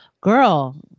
Girl